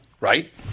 Right